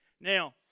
Now